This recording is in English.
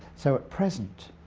so at present,